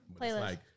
playlist